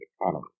economy